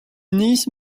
niece